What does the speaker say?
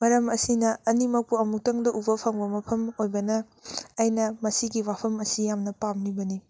ꯃꯔꯝ ꯑꯁꯤꯅ ꯑꯅꯤꯃꯛꯄꯨ ꯑꯃꯨꯛꯇꯪꯗ ꯎꯕ ꯐꯪꯕ ꯃꯐꯝ ꯑꯣꯏꯕꯅ ꯑꯩꯅ ꯃꯁꯤꯒꯤ ꯋꯥꯐꯝ ꯑꯁꯤ ꯌꯥꯝꯅ ꯄꯥꯝꯂꯤꯕꯅꯤ